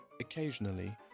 occasionally